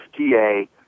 FDA